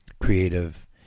creative